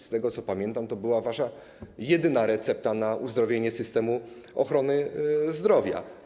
Z tego, co pamiętam, to była wasza jedyna recepta na uzdrowienie systemu ochrony zdrowia.